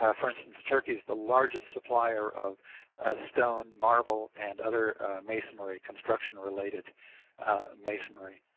ah for instance turkey is the largest supplier of ah stone, marble, and other masonry, construction related masonry.